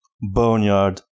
Boneyard